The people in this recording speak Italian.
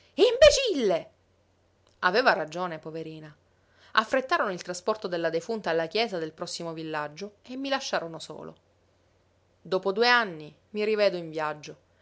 imbecille aveva ragione poverina affrettarono il trasporto della defunta alla chiesa del prossimo villaggio e mi lasciarono solo dopo due anni mi rivedo in viaggio